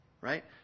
right